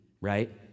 Right